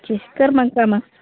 कर मग काम